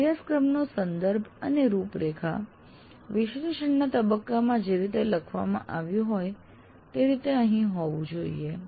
અભ્યાસક્રમનો સંદર્ભ અને રૂપરેખા વિશ્લેષણના તબક્કામાં જે રીતે લખવામાં આવ્યું હોય તે રીતે અહીં હોવું જોઈએ